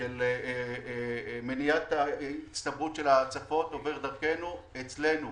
של מניעת הצטברות של ההצפות עובר דרכנו, אצלנו.